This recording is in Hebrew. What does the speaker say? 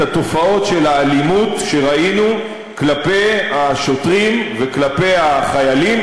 התופעות של האלימות שראינו כלפי השוטרים וכלפי החיילים.